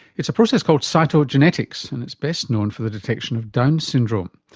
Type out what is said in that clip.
it's a process called cytogenetics and it's best known for the detection of down's syndrome.